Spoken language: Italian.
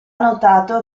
notato